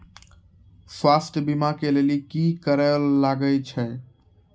स्वास्थ्य बीमा के लेली की करे लागे छै?